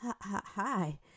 Hi